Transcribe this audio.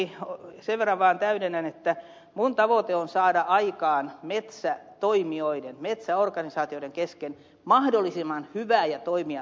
sen verran vaan täydennän että minun tavoitteeni on saada aikaan metsätoimijoiden metsäorganisaatioiden kesken mahdollisimman hyvä ja toimiva yhteistyö